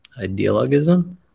Ideologism